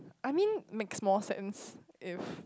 I mean makes more sense if